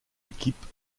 équipe